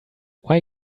why